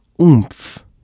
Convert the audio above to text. oomph